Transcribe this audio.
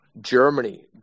Germany